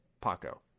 Paco